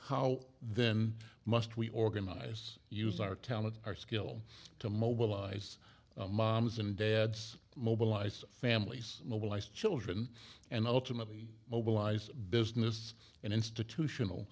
how then must we organize use our talents our skill to mobilize moms and dads mobilize families mobilize children and ultimately mobilize business and institutional